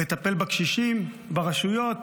לטפל בקשישים, ברשויות.